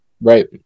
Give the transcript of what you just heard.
Right